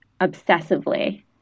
obsessively